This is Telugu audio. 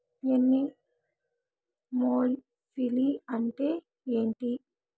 ఎనిమోఫిలి అంటే ఏంటి?